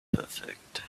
perfect